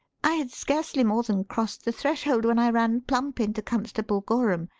i had scarcely more than crossed the threshold when i ran plump into constable gorham.